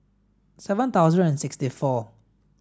seven thousand and sixty four